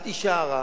את אשה הרה,